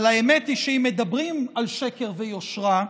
אבל האמת היא שאם מדברים על שקר ויושרה,